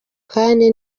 kandi